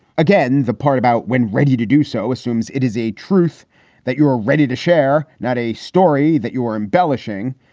again, the part about when ready to do so assumes it is a truth that you are ready to share, not a story that you are embellishing.